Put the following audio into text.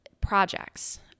projects